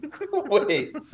Wait